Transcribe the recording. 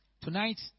Tonight